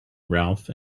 ralph